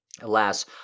Alas